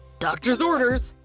doctor's orders!